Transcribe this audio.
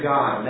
God